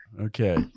Okay